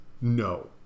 no